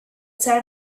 some